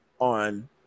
on